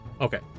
Okay